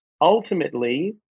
ultimately